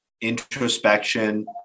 introspection